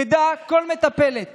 תדע כל מטפלת